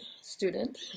student